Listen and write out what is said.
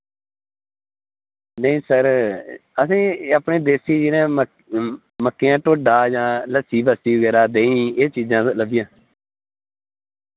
नेईं सर असें अपने देसी इ'नें मक मक्कें दा टोडा यां लस्सी बस्सी वगैरा देहिं एह् चीजां लब्बी जान